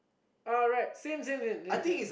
alright same same same same same